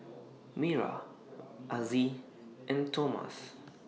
Mayra Azzie and Tomas